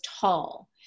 tall